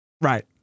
Right